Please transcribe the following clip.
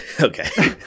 Okay